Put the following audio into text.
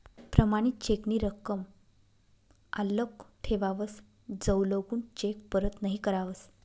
प्रमाणित चेक नी रकम आल्लक ठेवावस जवलगून चेक परत नहीं करावस